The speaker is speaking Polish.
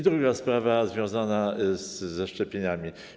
Druga sprawa związana ze szczepieniami.